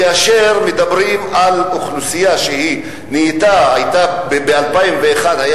כאשר מדברים על אוכלוסייה שב-2001 היתה